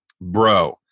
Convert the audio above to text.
bro